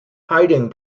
hiding